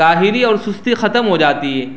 کاہلی اور سستی ختم ہو جاتی ہے